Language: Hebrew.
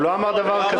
הוא לא אמר דבר כזה.